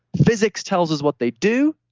physics tells us what they do,